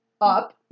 up